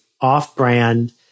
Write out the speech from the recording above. off-brand